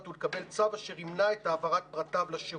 ולקבל צו אשר ימנע את העברת פרטיו לשירות.